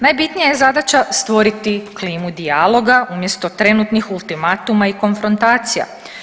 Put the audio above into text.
Najbitnija je zadaća stvoriti klimu dijaloga umjesto trenutnih ultimatuma i konfrontacija.